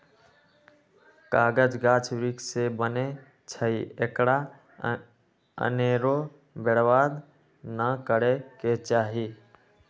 कागज गाछ वृक्ष से बनै छइ एकरा अनेरो बर्बाद नऽ करे के चाहि